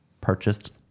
purchased